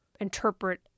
interpret